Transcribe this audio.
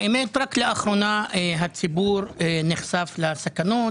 האמת רק לאחרונה הציבור נחשף לסכנות